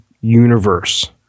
universe